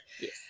Yes